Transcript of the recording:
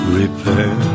repair